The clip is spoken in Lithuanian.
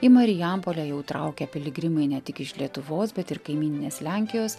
į marijampolę jau traukia piligrimai ne tik iš lietuvos bet ir kaimyninės lenkijos